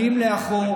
שנים לאחור,